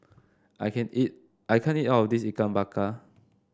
I can't eat I can't eat all of this Ikan Bakar